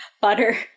butter